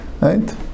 Right